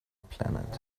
planet